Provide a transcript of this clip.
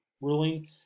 ruling